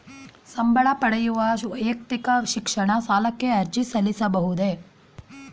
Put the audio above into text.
ಸಂಬಳ ಪಡೆಯುವ ವ್ಯಕ್ತಿಯು ಶಿಕ್ಷಣ ಸಾಲಕ್ಕೆ ಅರ್ಜಿ ಸಲ್ಲಿಸಬಹುದೇ?